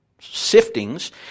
siftings